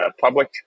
public